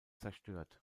zerstört